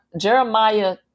Jeremiah